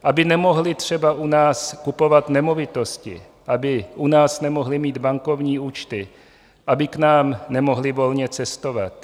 Aby nemohli třeba u nás kupovat nemovitosti, aby u nás nemohli mít bankovní účty, aby k nám nemohli volně cestovat.